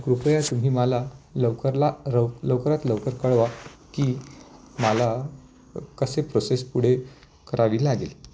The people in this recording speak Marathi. कृपया तुम्ही मला लवकरला लव लवकरात लवकर कळवा की मला कसे प्रोसेस पुढे करावी लागेल